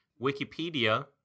Wikipedia